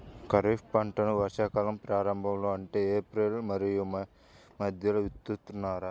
ఖరీఫ్ పంటలను వర్షాకాలం ప్రారంభంలో అంటే ఏప్రిల్ మరియు మే మధ్యలో విత్తుతారు